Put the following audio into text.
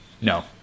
No